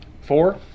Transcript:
Four